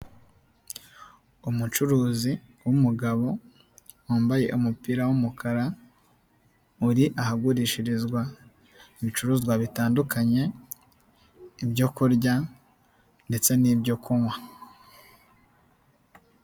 Umucuruzi w'umugabo wambaye umupira wumukara, uri ahagurishirizwa ibicuruzwa bitandukanye, ibyokurya ndetse n'ibyokunywa.